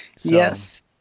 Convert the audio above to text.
Yes